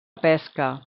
pesca